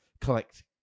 collect